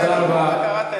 תודה רבה.